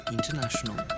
International